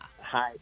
Hi